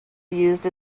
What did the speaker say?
used